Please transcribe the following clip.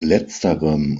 letzterem